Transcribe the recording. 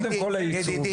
ידידי,